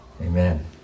Amen